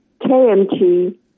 KMT